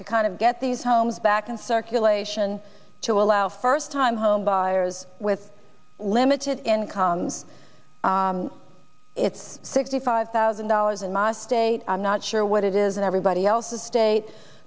to kind of get these homes back in circulation to allow first time home buyers with limited incomes it's sixty five thousand dollars in my state i'm not sure what it is and everybody else is state